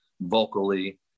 vocally